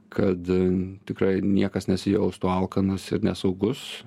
kad tikrai niekas nesijaustų alkanas ir nesaugus